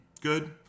good